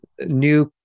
new